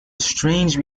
strange